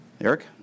Eric